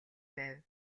байв